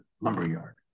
lumberyard